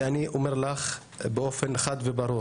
ואני אומר לך באופן חד וברור,